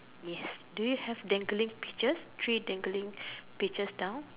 ya do you have dangling peaches three dangling peaches down